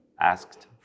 asked